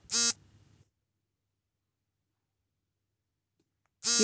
ಕಿರುಬಂಡವಾಳ ಸಾಲಕ್ಕೆ ಅರ್ಹತೆಯ ಮಾನದಂಡಗಳು ಯಾವುವು?